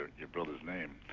your brother's name.